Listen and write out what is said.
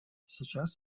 сейчас